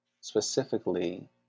specifically